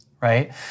right